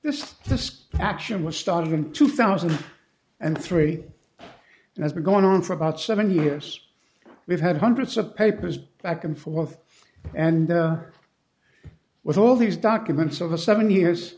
this is the spy action which started in two thousand and three and has been going on for about seven years we've had hundreds of papers back and forth and with all these documents over seven years